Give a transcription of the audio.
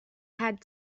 had